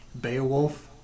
beowulf